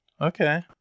Okay